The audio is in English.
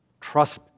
Trust